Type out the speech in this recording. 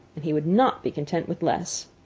and he would not be content with less.